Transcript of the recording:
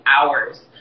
hours